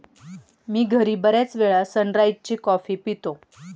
मी घरी बर्याचवेळा सनराइज ची कॉफी पितो